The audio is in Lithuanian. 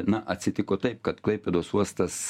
na atsitiko taip kad klaipėdos uostas